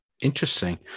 Interesting